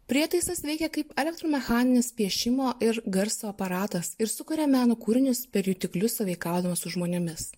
prietaisas veikia kaip elektromechaninis piešimo ir garso aparatas ir sukuria meno kūrinius per jutiklius sąveikaudamas su žmonėmis